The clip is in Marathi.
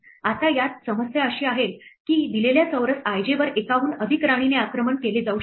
आता यात समस्या अशी आहे की दिलेल्या चौरस i j वर एकाहून अधिक राणीने आक्रमण केले जाऊ शकते